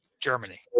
Germany